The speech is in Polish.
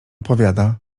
powiada